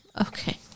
Okay